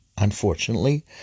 Unfortunately